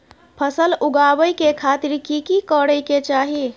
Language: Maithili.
फसल उगाबै के खातिर की की करै के चाही?